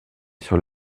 sur